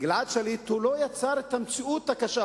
גלעד שליט הוא לא יצר את המציאות הקשה,